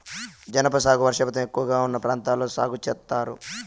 జనప సాగు వర్షపాతం ఎక్కువగా ఉన్న ప్రాంతాల్లో సాగు చేత్తారు